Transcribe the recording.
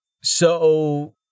So